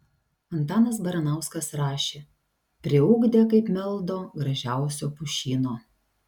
antanas baranauskas rašė priugdę kaip meldo gražiausio pušyno